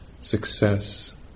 success